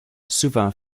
souvent